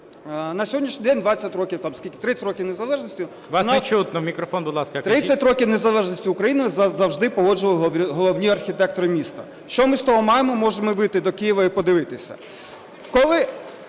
кажіть. ДУНДА О.А. 30 років незалежності України, завжди погоджували головні архітектори міста. Що ми з того маємо, можемо вийти до Києва і подивитися.